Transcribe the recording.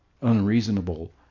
unreasonable